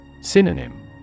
Synonym